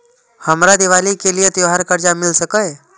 हमरा दिवाली के लिये त्योहार कर्जा मिल सकय?